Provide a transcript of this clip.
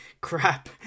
crap